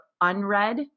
Unread